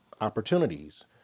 opportunities